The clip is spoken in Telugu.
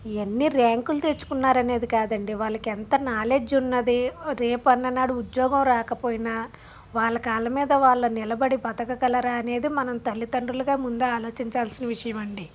ఎన్ని ర్యాంకులు తెచ్చుకున్నారు అనేది కాదండి వాళ్ళకి ఎంత నాలెడ్జ్ ఉన్నది రేపు అన్న నాడు ఉద్యోగం రాకపోయినా వాళ్ళ కాళ్ళ మీద వాళ్లు నిలబడి బతకగలరా అనేది మనం తల్లిదండ్రులుగా ముందే ఆలోచించాల్సిన విషయం అండి